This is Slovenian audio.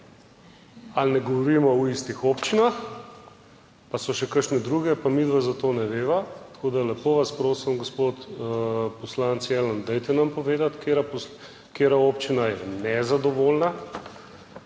Ali ne govorimo o istih občinah, pa so še kakšne druge, pa midva za to ne veva. Tako da, lepo vas prosim, gospod poslanec Jelen, dajte nam povedati, katera občina je nezadovoljna.